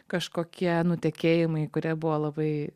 kažkokie nutekėjimai kurie buvo labai